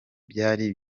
byari